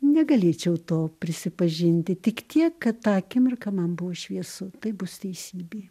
negalėčiau to prisipažinti tik tiek kad tą akimirką man buvo šviesu tai bus teisybė